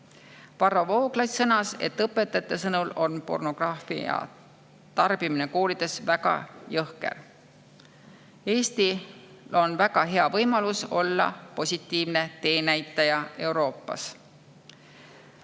Varro Vooglaid sõnas, et õpetajate sõnul on pornograafia tarbimine koolides väga jõhker. Eestil on väga hea võimalus olla Euroopas positiivne teenäitaja.